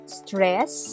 stress